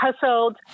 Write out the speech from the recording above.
hustled